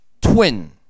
twin